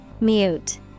mute